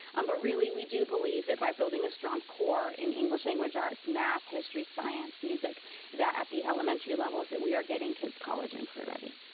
um but really, we do believe that by building a strong core in english language arts, math, history, science, music at the elementary levels that we are getting kids college and career ready.